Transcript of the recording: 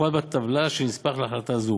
כמפורט בטבלה שבנספח להחלטה זו.